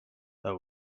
that